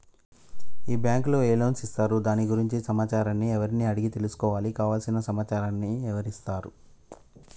ఈ బ్యాంకులో ఏ లోన్స్ ఇస్తారు దాని గురించి సమాచారాన్ని ఎవరిని అడిగి తెలుసుకోవాలి? కావలసిన సమాచారాన్ని ఎవరిస్తారు?